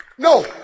No